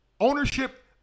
Ownership